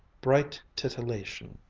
bright titillation.